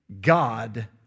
God